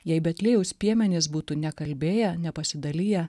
jei betliejaus piemenys būtų nekalbėję nepasidaliję